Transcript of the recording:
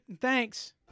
Thanks